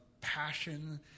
passion